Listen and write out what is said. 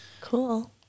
Cool